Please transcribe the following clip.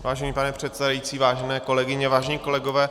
Vážený pane předsedající, vážené kolegyně, vážení kolegové.